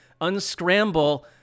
unscramble